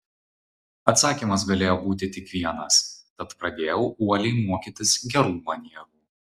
atsakymas galėjo būti tik vienas tad pradėjau uoliai mokytis gerų manierų